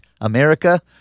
America